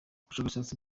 ubushakashatsi